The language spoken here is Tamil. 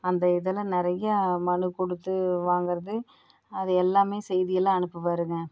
அந்த இதெல்லாம் நிறையா மனு கொடுத்து வாங்கிறது அதையெல்லாமே செய்தியெல்லாம் அனுப்புவாருங்க